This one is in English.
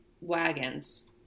wagons